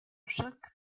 chaque